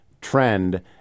Trend